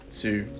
two